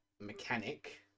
mechanic